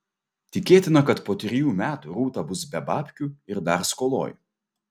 tikėtina kad po trijų metų rūta bus be babkių ir dar skoloj